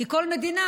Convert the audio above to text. כי כל מדינה,